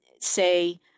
say